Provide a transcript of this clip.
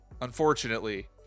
unfortunately